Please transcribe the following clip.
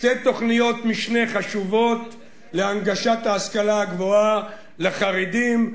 שתי תוכניות משנה חשובות להנגשת ההשכלה הגבוהה לחרדים,